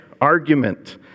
argument